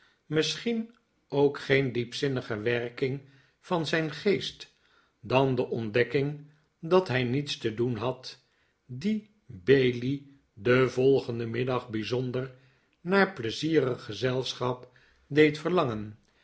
misschien ook geen diepzinniger werking van zijn geest dan de ontdekking dat hij niets te doen had die bailey den volgenden middag bijzonder naar pleizierig gezelschap deed verlangen